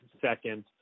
second